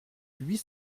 huit